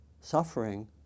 suffering